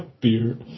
Beer